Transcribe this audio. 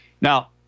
Now